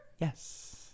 Yes